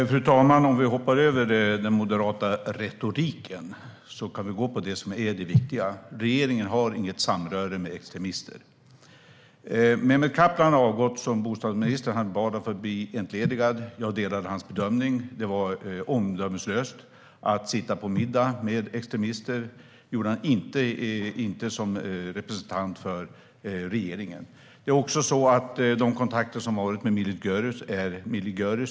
Fru talman! Om vi hoppar över den moderata retoriken kan vi gå på det som är det viktiga: Regeringen har inget samröre med extremister. Mehmet Kaplan har avgått som bostadsminister. Han bad att få bli entledigad. Jag delade hans bedömning att det var omdömeslöst att sitta på middag med extremister. Det gjorde han inte som representant för regeringen. De kontakter som har varit med Millî Görüs är inte bra.